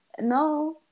no